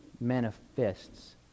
Manifests